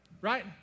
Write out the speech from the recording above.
right